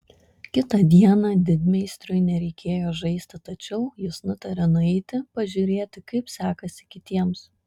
kitą dieną didmeistriui nereikėjo žaisti tačiau jis nutarė nueiti pažiūrėti kaip sekasi kitiems